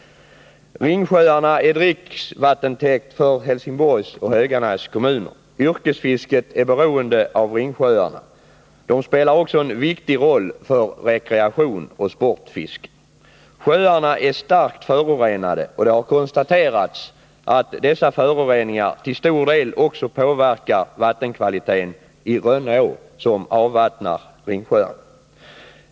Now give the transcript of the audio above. Ringsjöarna är dricksvattentäkt för Helsingborgs och Höganäs kommuner. Yrkesfisket är beroende av Ringsjöarna. De spelar också en viktig roll för rekreation och sportfiske. Sjöarna är starkt förorenade, och det har konstaterats att dessa föroreningar till stor del också påverkar vattenkvaliteten i Rönneå, som avvattnar Ringsjöarna.